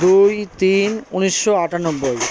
দুই তিন উনিশশো আটানব্বই